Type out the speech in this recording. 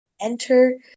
Enter